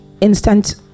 instant